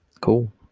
cool